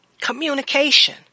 communication